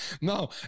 No